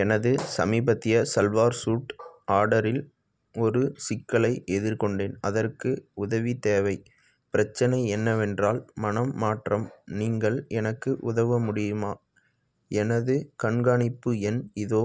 எனது சமீபத்திய சல்வார் சூட் ஆடரில் ஒரு சிக்கலை எதிர்கொண்டேன் அதற்கு உதவித் தேவை பிரச்சினை என்னவென்றால் மனம் மாற்றம் நீங்கள் எனக்கு உதவ முடியுமா எனது கண்காணிப்பு எண் இதோ